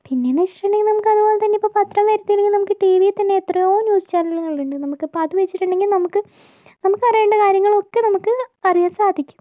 പിന്നേന്നു വെച്ചിട്ടുണ്ടെങ്കിൽ നമുക്ക് അതുപോലെത്തന്നെ ഇപ്പോൾ പത്രം വരുത്തുന്നില്ലെങ്കിൽ നമുക്ക് ടിവിത്തന്നെ എത്രയോ ന്യൂസ് ചാനലുകളുണ്ട് നമുക്ക് അപ്പോൾ അത് വെച്ചിട്ടുണ്ടെങ്കിൽ നമുക്ക് നമുക്കറിയേണ്ട കാര്യങ്ങളൊക്കെ നമുക്ക് അറിയാൻ സാധിക്കും